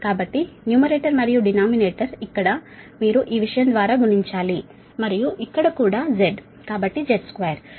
కాబట్టి న్యూమరేటర్ మరియు డినామినేటర్ ఇక్కడ మీరు ఈ విషయం ద్వారా గుణించాలి మరియు ఇక్కడ కూడా Z కాబట్టి Z2